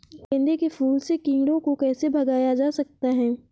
गेंदे के फूल से कीड़ों को कैसे भगाया जा सकता है?